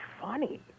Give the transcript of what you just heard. funny